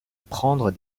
prendre